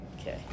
Okay